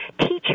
teacher